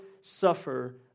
suffer